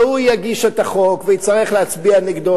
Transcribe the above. והוא יגיש את החוק ויצטרך להצביע נגדו,